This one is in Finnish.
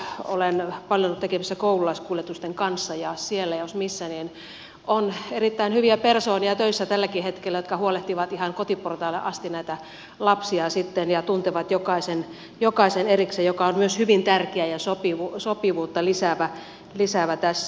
itse olen paljon ollut tekemisissä koululaiskuljetusten kanssa ja siellä jos missä on töissä tälläkin hetkellä erittäin hyviä persoonia jotka huolehtivat ihan kotiportaille asti näitä lapsia ja tuntevat jokaisen erikseen mikä on myös hyvin tärkeä ja sopivuutta lisäävä asia tässä